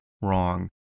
wrong